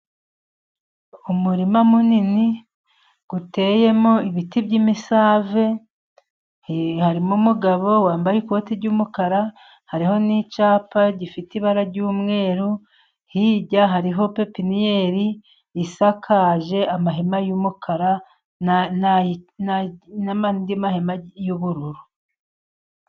Umurima munini uteyemo ibiti by'imisave, harimo umugabo wambaye ikoti ry'umukara. Hariho n'icyapa gifite ibara ry'umweru, hirya hariho pepiniyeri isakaje amahema y'umukara nandi mahema y'ubururu.